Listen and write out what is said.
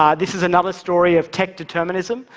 um this is another story of tech-determinism?